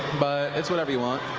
but it's whatever you want.